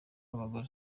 abagore